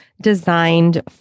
designed